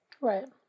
Right